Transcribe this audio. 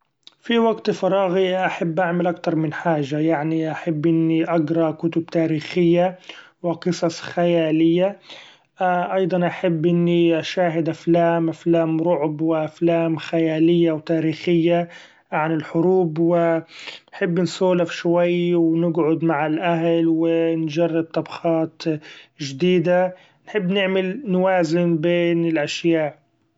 في وقت فراغي أحب اعمل أكتر من حاجه يعني أحب إني أقرا كتب تاريخية و قصص خيالية ، أيضا أحب إني اشاهد أفلام ، أفلام رعب ، وأفلام خيالية و تاريخية عن الحروب ، وأحب نسولف شوي و نقعد مع الأهل و نجرب طبخات جديدة ، نحب نعمل نوازن بين الأشياء.